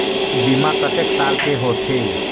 बीमा कतेक साल के होथे?